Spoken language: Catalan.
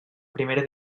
primera